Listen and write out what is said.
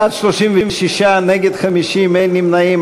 בעד, 36, נגד, 50, אין נמנעים.